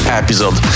episode